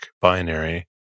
binary